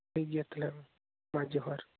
ᱴᱷᱤᱠ ᱜᱮᱭᱟ ᱛᱟᱦᱚᱞᱮ ᱢᱟ ᱡᱚᱦᱟᱨ